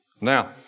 Now